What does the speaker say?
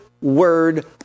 word